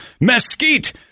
mesquite